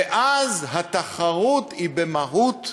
ואז התחרות היא במהות העניין.